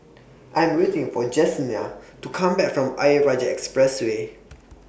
I Am waiting For Jesenia to Come Back from Ayer Rajah Expressway